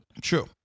True